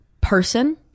person